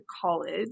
college –